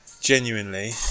genuinely